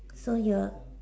so you are